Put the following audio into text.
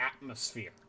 atmosphere